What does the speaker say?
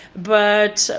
but,